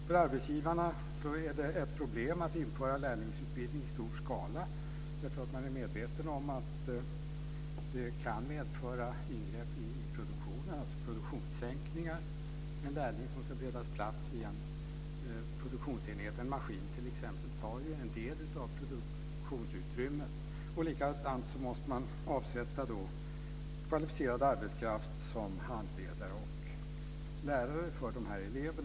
För arbetsgivarna är det ett problem att införa lärlingsutbildning i stor skala därför att man är medveten om att det kan medföra ingrepp i produktionen, alltså produktionssänkningar. En lärling som ska beredas plats i en produktionsenhet, vid en maskin exempelvis, tar en del av produktionsutrymmet. Likadant måste man avsätta kvalificerad arbetskraft som handledare och lärare för dessa elever.